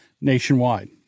nationwide